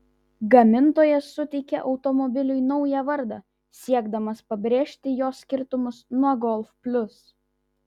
gamintojas suteikė automobiliui naują vardą siekdamas pabrėžti jo skirtumus nuo golf plius